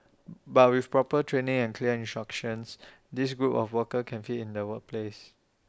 but with proper training and clear instructions this group of workers can fit in the workplace